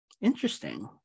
Interesting